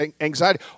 anxiety